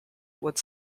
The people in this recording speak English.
would